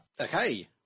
Okay